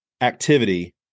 activity